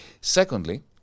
Secondly